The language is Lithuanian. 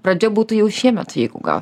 pradžia būtų jau šiemet gausim